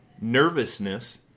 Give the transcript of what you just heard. Nervousness